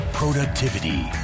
productivity